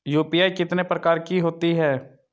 UPI कितने प्रकार की होती हैं?